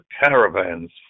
caravans